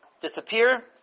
disappear